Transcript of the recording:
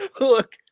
Look